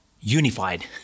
unified